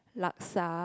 laksa